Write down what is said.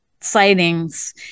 sightings